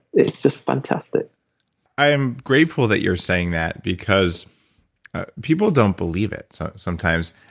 it's just fantastic i am grateful that you're saying that, because people don't believe it so sometimes.